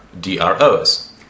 DROs